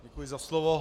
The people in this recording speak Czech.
Děkuji za slovo.